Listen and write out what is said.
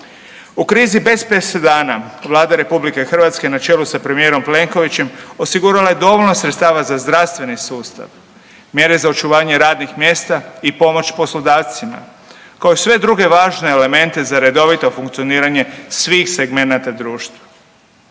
U krizi bez presedana Vlada RH na čelu sa premijerom Plenkovićem osigurala je dovoljno sredstava za zdravstveni sustav, mjere za očuvanje radnih mjesta i pomoć poslodavcima kao i sve druge važne elemente za redovito funkcioniranje svih segmenata društva.